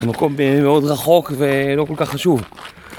זה מקום מאוד רחוק ולא כל כך חשוב